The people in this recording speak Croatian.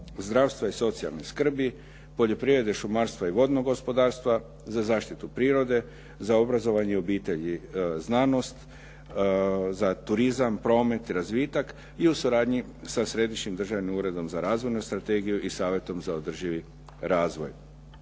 zdravstva i socijalne skrbi, poljoprivrede, šumarstva i vodnog gospodarstva, za zaštitu prirode, za obrazovanje, obitelj i znanost, za turizam, promet i razvitak i u suradnji sa Središnjim državnim uredom za razvojnu strategiju i Savjetom za održivi razvoj